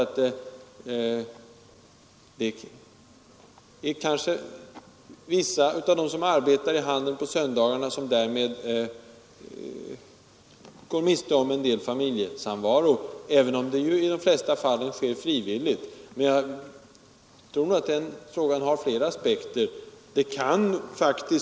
Det är klart att vissa av dem som arbetar i handeln på söndagar därmed går miste om en del familjesamvaro, även om det i de flesta fall sker frivilligt. Men frågan har flera aspekter.